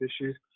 issues